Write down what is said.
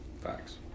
Facts